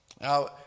Now